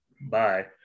Bye